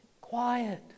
quiet